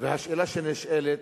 והשאלה שנשאלת,